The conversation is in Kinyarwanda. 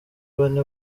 bane